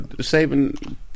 saving